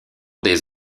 des